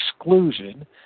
exclusion